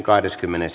asia